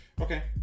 Okay